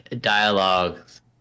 dialogues